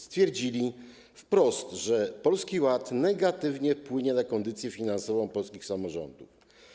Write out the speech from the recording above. Stwierdzili wprost, że Polski Ład negatywnie wpłynie na kondycję finansową polskich samorządów.